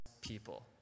people